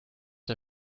der